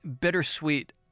bittersweet